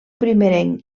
primerenc